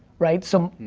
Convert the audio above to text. right? so,